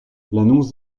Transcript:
l’annonce